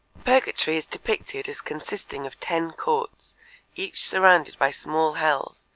purgatory is depicted as consisting of ten courts each surrounded by small hells,